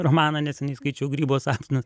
romaną neseniai skaičiau grybo sapnas